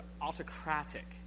autocratic